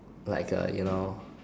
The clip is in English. like uh you know